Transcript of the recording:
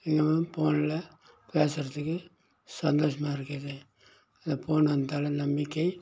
வ் போனில் பேசறத்துக்கு சந்தோசமாக இருக்குது போன் வந்ததால் நம்பிக்கை